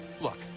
Look